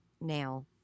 now